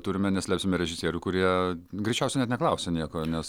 turime neslėpsime režisierių kurie greičiausiai net neklausia nieko nes